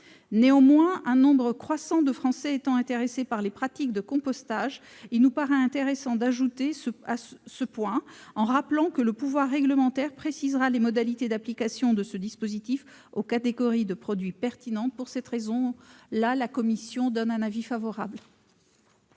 Néanmoins, un nombre croissant de Français étant intéressés par les pratiques de compostage, il nous paraît intéressant d'ajouter ce point en rappelant que le pouvoir réglementaire précisera les modalités d'application de ce dispositif aux catégories de produits pertinents. Pour cette raison, l'avis est favorable